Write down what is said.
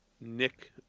Nick